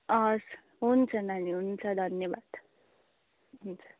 हस् हुन्छ नानी हुन्छ धन्यवाद हुन्छ